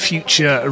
Future